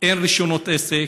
אין רישיונות עסק,